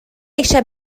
eisiau